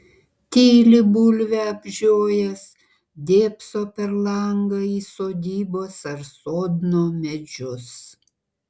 tyli bulvę apžiojęs dėbso per langą į sodybos ar sodno medžius